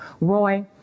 Roy